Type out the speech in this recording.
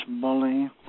bully